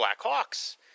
Blackhawks